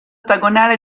ottagonale